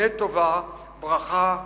אבני טובה, ברכה,